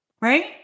right